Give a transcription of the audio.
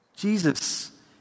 Jesus